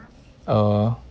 uh